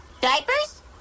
diapers